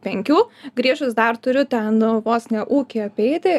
penkių grįžus dar turiu ten vos ne ūkį apeiti